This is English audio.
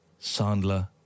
Sandler